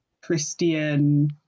Christian